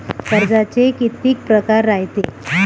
कर्जाचे कितीक परकार रायते?